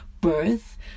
birth